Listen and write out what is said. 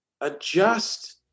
adjust